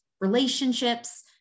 relationships